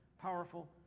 powerful